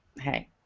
hey